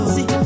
See